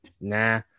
nah